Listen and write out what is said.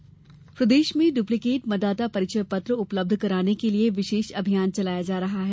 मतदाता परिचय पत्र प्रदेश में ड्प्लीकेट मतदाता परिचय पत्र उपलब्ध कराने के लिए विशेष अभियान चलाया जा रहा है